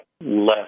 less